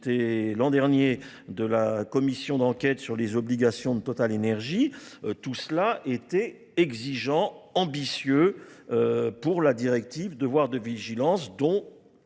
c'était l'an dernier de la commission d'enquête sur les obligations de total énergie. Tout cela était exigeant, ambitieux pour la directive de devoir de vigilance dont